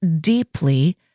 deeply